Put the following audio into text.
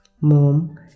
Mom